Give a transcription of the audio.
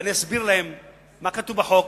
ואני אסביר להם מה כתוב בחוק.